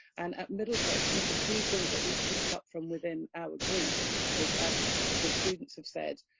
and at middlesex, one of the key things that we've picked up from within our group is as the students have said.